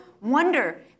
wonder